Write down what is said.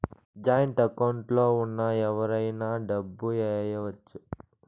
joint account లో ఉన్న ఎవరైనా డబ్బు ఏయచ్చు